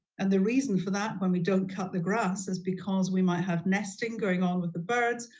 and the reason for that when we don't cut the grass is because we might have nesting going on with the birds,